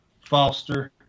Foster